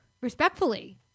respectfully